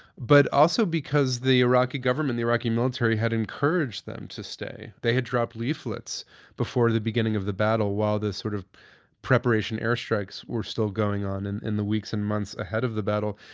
but also because the iraqi government, the iraqi military had encouraged them to stay. they had dropped leaflets before the beginning of the battle while this sort of preparation airstrikes were still going on. in in the weeks and months ahead of the battle,